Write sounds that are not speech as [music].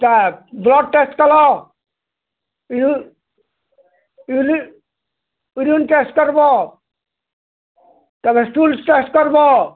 ତା'ର୍ blood test କଲ [unintelligible] urine urine urine test କର୍ବ ତା' ପରେ ଷ୍ଟୁଲ୍ ଟେଷ୍ଟ୍ କର୍ବ